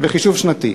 בחישוב שנתי.